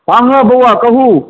हँ हँ बउआ कहु